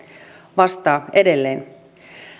vastaa edelleen